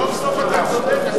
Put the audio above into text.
סוף-סוף אתה צודק,